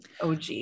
OG